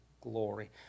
glory